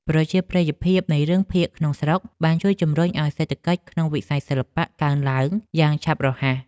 ប្រជាប្រិយភាពនៃរឿងភាគក្នុងស្រុកបានជួយជំរុញឱ្យសេដ្ឋកិច្ចក្នុងវិស័យសិល្បៈកើនឡើងយ៉ាងឆាប់រហ័ស។